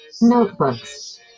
notebooks